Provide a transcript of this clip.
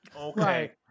Okay